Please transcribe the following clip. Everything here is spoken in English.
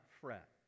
fret